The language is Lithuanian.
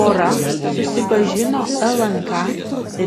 pora susipažino lnk